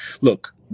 Look